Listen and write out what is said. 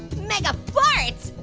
mega farts!